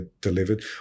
delivered